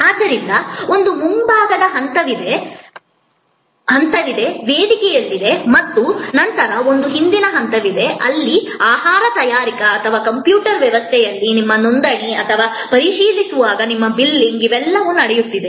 ಆದ್ದರಿಂದ ಒಂದು ಮುಂಭಾಗದ ಹಂತವಿದೆ ವೇದಿಕೆಯಲ್ಲಿದೆ ಮತ್ತು ನಂತರ ಒಂದು ಹಿಂದಿನ ಹಂತವಿದೆ ಅಲ್ಲಿ ಆಹಾರ ತಯಾರಿಕೆ ಅಥವಾ ಕಂಪ್ಯೂಟರ್ ವ್ಯವಸ್ಥೆಯಲ್ಲಿ ನಿಮ್ಮ ನೋಂದಣಿ ಅಥವಾ ನೀವು ಪರಿಶೀಲಿಸುವಾಗ ನಿಮ್ಮ ಬಿಲ್ಲಿಂಗ್ ಇವೆಲ್ಲವೂ ನಡೆಯುತ್ತಿದೆ